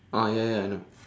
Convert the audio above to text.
ah ya ya ya I know